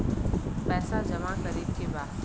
पैसा जमा करे के बा?